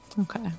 okay